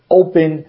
open